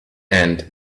and